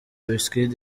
wizkid